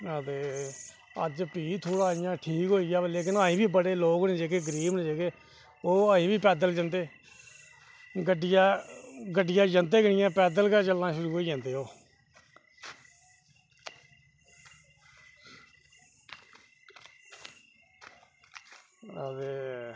ते अज्ज भी थोह्ड़ा इंया ठीक होई गेदा पर इंया ऐहीं बड़े लोक न गरीब जेह्ड़े न इंया ओह् ऐहीं बी पैदल जंदे गड्डिया जंदे निं हैन ओह् पैदल गै चलना शुरू होई जंदे ओह् अ ते